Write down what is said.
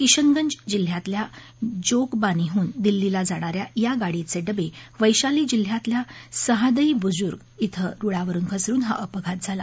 किशनगंज जिल्ह्यातल्या जोगबानीहून दिल्लीला जाणा या या गाडीचे डबे वश्वतीली जिल्ह्यातल्या साहादई बुजुर्ग इथं रुळावरून घसरून हा अपघात झाला